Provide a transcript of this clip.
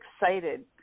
excited